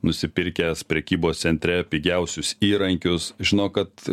nusipirkęs prekybos centre pigiausius įrankius žinok kad